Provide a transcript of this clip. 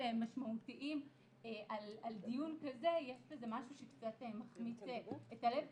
משמעותיים על דיון כזה יש בזה משהו שקצת מחמיץ את הלב,